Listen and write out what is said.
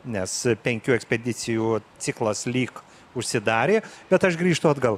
nes penkių ekspedicijų ciklas lyg užsidarė bet aš grįžtu atgal